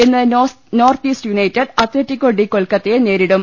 ഇന്ന് north east united atletico de കൊൽക്ക ത്തയെ നേരിടും